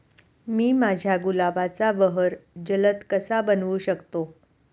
मी माझ्या गुलाबाचा बहर जलद कसा बनवू शकतो?